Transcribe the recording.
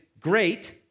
great